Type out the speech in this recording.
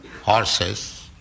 horses